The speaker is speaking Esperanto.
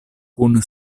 kun